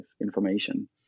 information